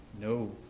no